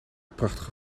prachtige